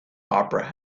opera